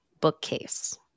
bookcase